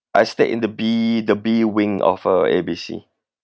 I stayed in the B the B wing of uh A B C